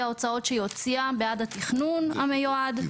ההוצאות שהיא הוציאה בעד התכנון המיועד,